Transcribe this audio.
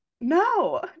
no